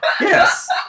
Yes